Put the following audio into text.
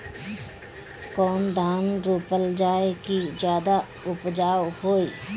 कौन धान रोपल जाई कि ज्यादा उपजाव होई?